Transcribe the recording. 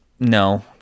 No